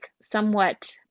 somewhat